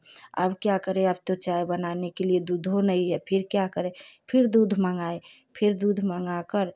अब क्या करें अब तो चाय बनाने के लिए दूधो नहीं है फिर क्या करें फिर दूध मँगाए फिर दूध मँगाकर